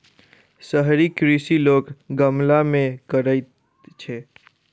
शहरी कृषि लोक गमला मे करैत छै